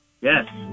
Yes